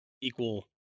equal